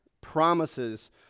promises